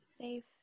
safe